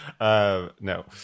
no